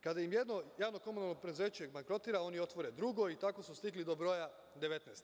Kada im jedno javno komunalno preduzeće bankrotira, oni otvore drugo i tako su stigli do broja 19.